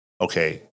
okay